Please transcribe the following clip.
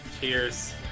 Cheers